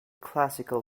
classical